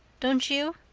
don't you?